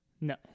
No